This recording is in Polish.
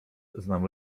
znam